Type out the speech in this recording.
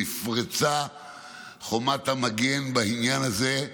נפרצה חומת המגן בעניין הזה.